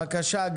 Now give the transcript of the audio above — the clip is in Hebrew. בבקשה.